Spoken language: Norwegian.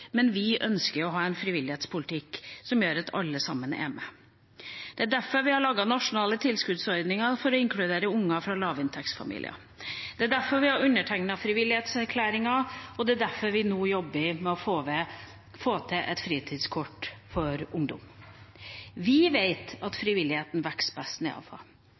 men vi ønsker å ha en frivillighetspolitikk som gjør at alle sammen er med. Det er derfor vi har laget nasjonale tilskuddsordninger for å inkludere unger fra lavinntektsfamilier, det er derfor vi har undertegnet fritidserklæringen, og det er derfor vi nå jobber med å få til et fritidskort for ungdom. Vi vet at frivilligheten vokser best